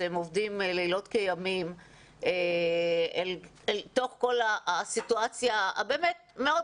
שאתם עובדים לילות כימים בכל הסיטואציה המאוד